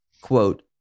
quote